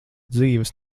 dzīves